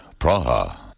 Praha